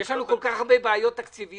יש לנו כל כך הרבה בעיות תקציביות,